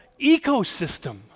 ecosystem